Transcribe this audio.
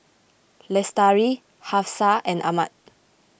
Lestari Hafsa and Ahmad